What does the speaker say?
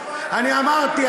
אני אמרתי,